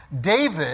David